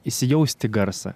įsijaust į garsą